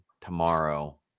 tomorrow